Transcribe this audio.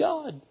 God